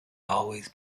always